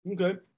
Okay